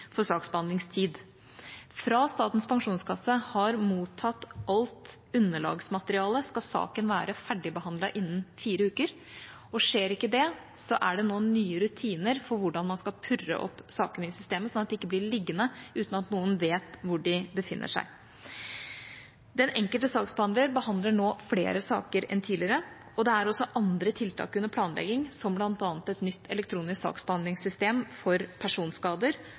for saksbehandlingstid. Fra Statens pensjonskasse har mottatt alt underlagsmateriale, skal saken være ferdigbehandlet innen fire uker. Skjer ikke det, er det nå nye rutiner for hvordan man skal purre på sakene i systemet, slik at de ikke blir liggende uten at noen vet hvor de befinner seg. Den enkelte saksbehandler behandler nå flere saker enn tidligere, og det er også andre tiltak under planlegging, som bl.a. et nytt elektronisk saksbehandlingssystem for personskader